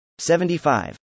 75